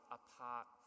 apart